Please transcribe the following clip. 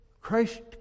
Christ